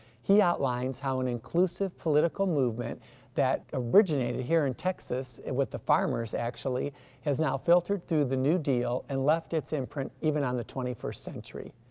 he outlines how an inclusive political movement that originated here in texas, with the farmers actually has now filtered through the new deal and left its imprint even on the twenty first century.